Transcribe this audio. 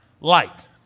light